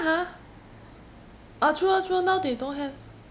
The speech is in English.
oh true orh true orh now they don't have